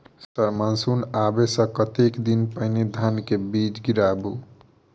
Sir monsoon आबै सऽ कतेक दिन पहिने धान केँ बीज गिराबू?